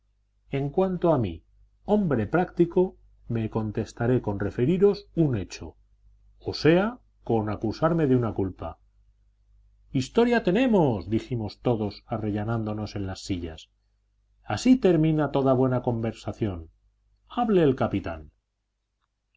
en cuanto a mí hombre práctico me contentaré con referiros un hecho o sea con acusarme de una culpa historia tenemos dijimos todos arrellanándonos en las sillas así termina toda buena conversación hable el capitán